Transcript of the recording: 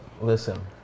Listen